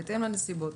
'בהתאם לנסיבות'.